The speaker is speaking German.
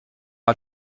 hat